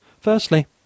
Firstly